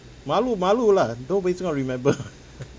malu malu lah nobody's going to remember